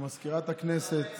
למזכירת הכנסת